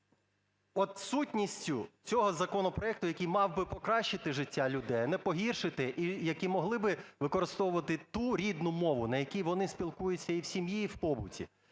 от сутністю цього законопроекту, який мав би покращити життя людей, а не погіршити, і які могли би використовувати ту рідну мову, на якій вони спілкуються і в сім'ї, і в побуті.